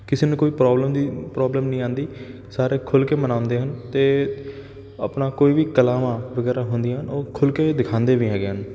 ਕਿਸੇ ਨੂੰ ਕੋਈ ਪ੍ਰੋਬਲਮ ਦੀ ਪ੍ਰੋਬਲਮ ਨਹੀਂ ਆਉਂਦੀ ਸਾਰੇ ਖੁੱਲ੍ਹ ਕੇ ਮਨਾਉਂਦੇ ਹਨ ਅਤੇ ਆਪਣਾ ਕੋਈ ਵੀ ਕਲਾਵਾਂ ਵਗੈਰਾ ਹੁੰਦੀਆਂ ਹਨ ਉਹ ਖੁੱਲ੍ਹ ਕੇ ਦਿਖਾਉਂਦੇ ਵੀ ਹੈਗੇ ਹਨ